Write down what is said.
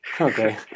Okay